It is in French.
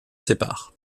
sépare